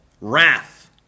wrath